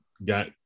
got